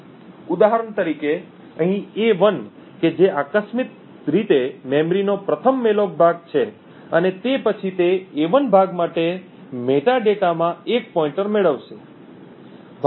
ઉદાહરણ તરીકે અહીં a1 કે જે આકસ્મિક રીતે મેમરીનો પ્રથમ મૅલોક ભાગ છે અને તે પછી તે a1 ભાગ માટે મેટાડેટામાં એક પોઇન્ટર મેળવશે